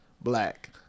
Black